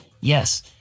Yes